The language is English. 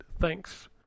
thanks